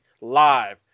Live